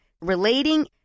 relating